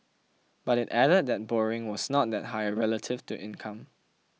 but it added that borrowing was not that high relative to income